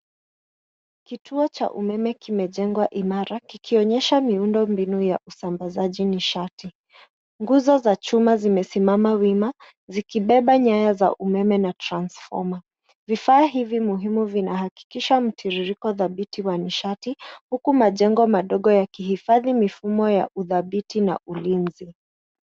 Kituo cha umeme kimejengwa imara kikionyesha miundombinu ya usambazaji nishati. Nguzo za chuma zimesimama wima zikibeba nyaya za umeme na transfoma. Vifaa hivi muhimu vinahakikisha mtiririko dhabiti wa nishati, huku majengo madogo yakihifadhi mifumo ya udhabiti na ulinzi.